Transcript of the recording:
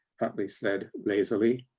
huntley said lazily.